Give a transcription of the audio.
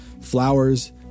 flowers